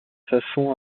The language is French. façon